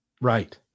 Right